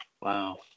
Wow